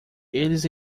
eles